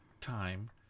time